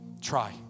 Try